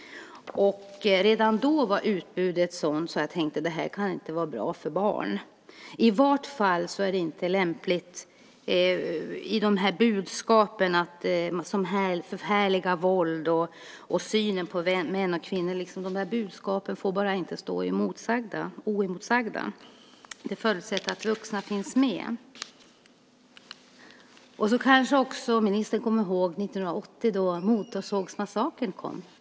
Redan då var utbudet sådant att jag tänkte: Det här kan inte vara bra för barn. I vart fall är det inte lämpligt med de här budskapen som förhärligar våld och synen på män och kvinnor. De budskapen får bara inte stå oemotsagda. Det förutsätter att vuxna finns med. Ministern kommer kanske ihåg 1980 då Motorsågsmassakern kom.